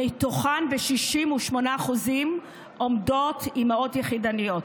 ומתוכן, ב-68% עומדות אימהות יחידניות.